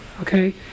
okay